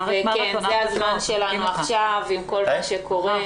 זה הזמן שלנו עכשיו עם כל מה שקורה.